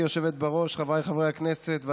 חבריי חברי הכנסת,